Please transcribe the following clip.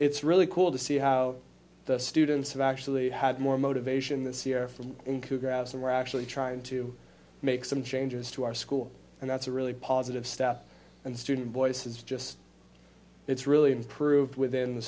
it's really cool to see how the students have actually had more motivation this year from include grabs and we're actually trying to make some changes to our school and that's a really positive step and student voice is just it's really improved within the